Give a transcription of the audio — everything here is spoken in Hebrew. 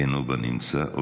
אינו בנמצא,